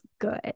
good